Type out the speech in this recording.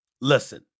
Listen